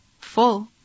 Full